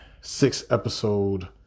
six-episode